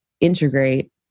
integrate